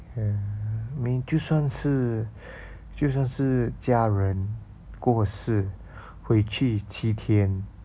ya I mean 就算是就算是家人过世回去七天